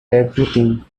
everything